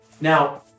Now